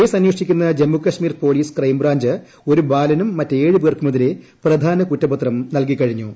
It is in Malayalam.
കേസ് അന്വേഷിക്കുന്ന ജമ്മുകശ്മീർ പൊലീസ് ക്രൈംബ്രാഞ്ച് ഒരു ബാലനും മറ്റ് ഏഴുപേർക്കുമെതിരെ പ്രധാന കുറ്റപത്രം നല്കി കഴിഞ്ഞു